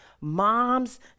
Moms